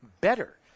better